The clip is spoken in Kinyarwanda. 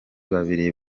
babiri